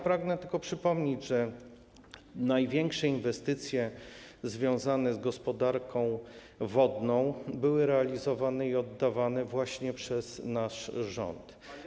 Pragnę tylko przypomnieć, że największe inwestycje związane z gospodarką wodną były realizowane i oddawane właśnie przez nasz rząd.